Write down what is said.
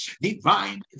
divine